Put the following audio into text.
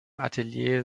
atelier